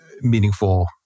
meaningful